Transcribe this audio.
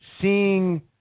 seeing